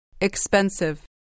Expensive